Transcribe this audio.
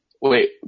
Wait